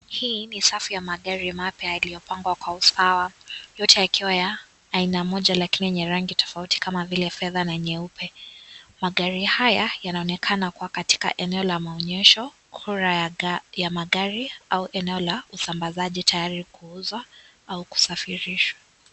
Hii ni safu ya magari mapya yaliyopangwa kwa usawa. Yote yakiwa ya aina moja lakini yenye rangi tofauti kama vile, fedha na nyeupe. Magari haya, yanaonekana kuwa katika eneo la maonyesho, gora ya magari au eneo la usambazaji tayari kuuzwa au kusafirishwa.